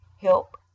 help